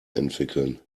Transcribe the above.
entwickeln